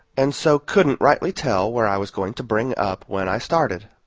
and so couldn't rightly tell where i was going to bring up when i started.